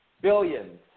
Billions